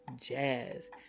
jazz